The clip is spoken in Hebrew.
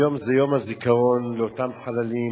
היום זה יום הזיכרון לאותם חללים